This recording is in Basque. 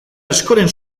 askoren